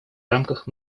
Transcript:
рамках